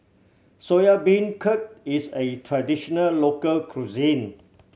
Soya Beancurd is a traditional local cuisine